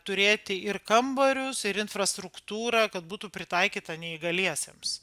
turėti ir kambarius ir infrastruktūrą kad būtų pritaikyta neįgaliesiems